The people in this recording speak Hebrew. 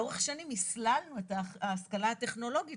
לאורך שנים הסללנו את ההשכלה הטכנולוגית